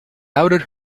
outed